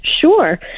Sure